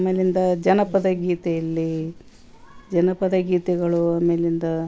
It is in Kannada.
ಆಮೇಲಿಂದ ಜನಪದ ಗೀತೆಯಲ್ಲಿ ಜನಪದ ಗೀತೆಗಳು ಆಮೇಲಿಂದ